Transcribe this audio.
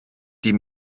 die